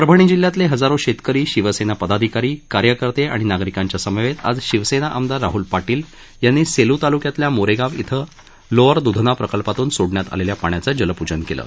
परभणी जिल्ह्यातील हजारो शेतकरी शिवसेना पदाधिकारी कार्यकर्ते आणि नागरिकांच्या समवेत आज शिवसेना आमदार राहल पाटील यांनी सेलू तालुक्यातील मोरेगाव इथं लोअर दुधना प्रकल्पातून सोडण्यात आलेल्या पाण्याचं जलपूजन केलं